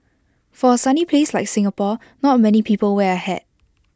for A sunny place like Singapore not many people wear A hat